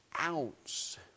ounce